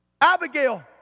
Abigail